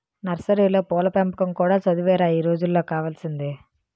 నర్సరీలో పూల పెంపకం కూడా చదువేరా ఈ రోజుల్లో కావాల్సింది